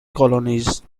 colonies